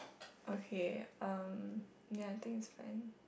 okay uh ya I think is fine